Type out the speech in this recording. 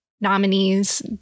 nominees